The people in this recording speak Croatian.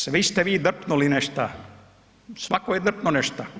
Svi ste vi drpnuli nešta, svako je drpno nešta.